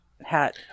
hat